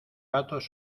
gatos